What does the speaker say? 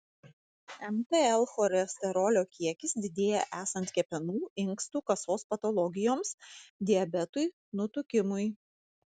mtl cholesterolio kiekis didėja esant kepenų inkstų kasos patologijoms diabetui nutukimui